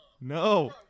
No